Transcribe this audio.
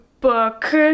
book